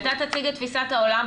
אז אתה תציג את תפיסת העולם,